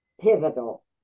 pivotal